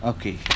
Okay